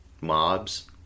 mobs